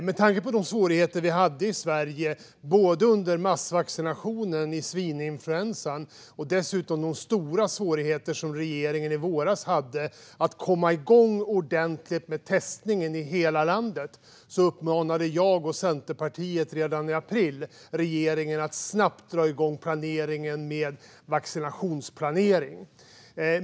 Med tanke på de svårigheter Sverige hade under mass-vaccinationen vid svininfluensan och de stora svårigheter regeringen hade i våras med att komma igång ordentligt med testningen i hela landet uppmanade jag och Centerpartiet regeringen redan i april att snabbt dra igång vaccinationsplaneringen.